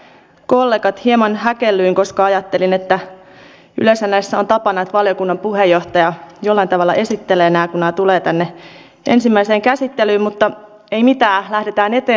hyvät kollegat hieman häkellyin koska ajattelin että yleensä näissä on tapana että valiokunnan puheenjohtaja jollain tavalla esittelee nämä kun nämä tulevat tänne ensimmäiseen käsittelyyn mutta ei mitään lähdetään eteenpäin